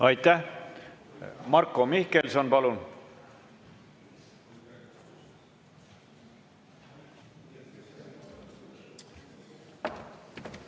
Aitäh! Marko Mihkelson, palun!